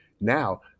now